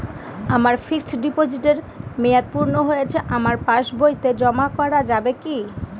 আমার ফিক্সট ডিপোজিটের মেয়াদ পূর্ণ হয়েছে আমার পাস বইতে জমা করা যাবে কি?